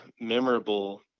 memorable